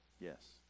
Yes